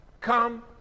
Come